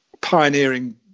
pioneering